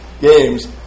games